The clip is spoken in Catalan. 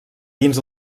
dins